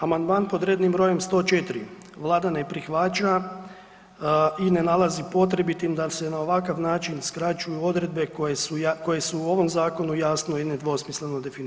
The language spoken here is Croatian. Amandman pod rednim brojem 104 Vlada ne prihvaća i ne nalazi potrebitim da se na ovakav način skraćuju odredbe koje su u ovom zakonu jasno i nedvosmisleno definirane.